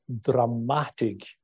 dramatic